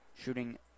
Shooting